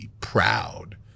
proud